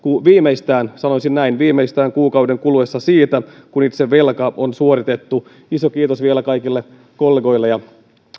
viimeistään sanoisin näin kuukauden kuluessa siitä kun itse velka on suoritettu iso kiitos vielä kaikille kollegoille ja